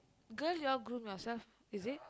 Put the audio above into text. girl you all groom yourself is it